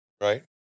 Right